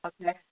Okay